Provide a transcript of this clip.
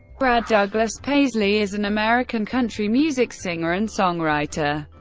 brad douglas paisley is an american country music singer and songwriter.